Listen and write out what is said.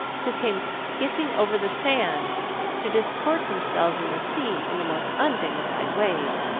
who came skipping over the sand to disport themselves in the sea in the most undignified ways.